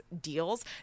deals